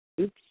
Oops